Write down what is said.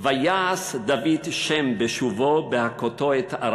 "ויעש דוד שם בשבו מהכותו את ארם"